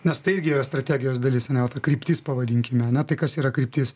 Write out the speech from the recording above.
nes tai irgi yra strategijos dalis a ne vat kryptis pavadinkime na tai kas yra kryptis